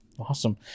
Awesome